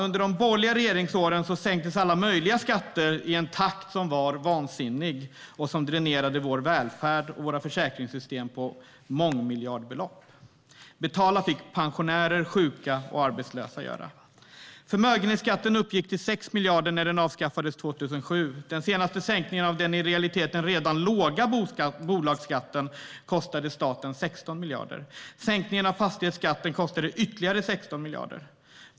Under de borgerliga regeringsåren sänktes alla möjliga skatter i en vansinnig takt som dränerade vår välfärd och våra försäkringssystem på mångmiljardbelopp. Betala fick pensionärer, sjuka och arbetslösa göra. Förmögenhetsskatten uppgick till 6 miljarder när den avskaffades 2007. Den senaste sänkningen av den i realiteten redan låga bolagsskatten kostade staten 16 miljarder. Sänkningen av fastighetsskatten kostade ytterligare 16 miljarder.